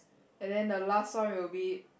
and then the last one will be